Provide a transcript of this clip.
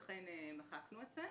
לכן מחקנו את זה.